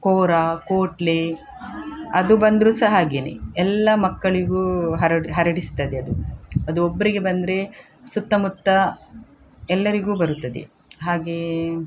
ಕೋರ ಕೋಟ್ಲೆ ಅದು ಬಂದ್ರೂ ಸಹ ಹಾಗೆನೇ ಎಲ್ಲ ಮಕ್ಕಳಿಗೂ ಹರಡಿ ಹರಡಿಸ್ತದೆ ಅದು ಅದು ಒಬ್ಬರಿಗೆ ಬಂದರೆ ಸುತ್ತಮುತ್ತ ಎಲ್ಲರಿಗೂ ಬರುತ್ತದೆ ಹಾಗೆಯೇ